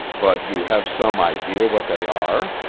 but you have some idea what they are?